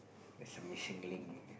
that's a missing link